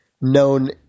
known